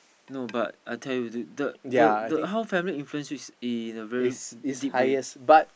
not but I tell you dude the the the whole family influence you is in a very deep way